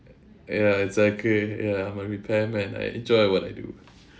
ya exactly ya I'm a repairman I enjoy what I do